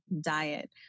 diet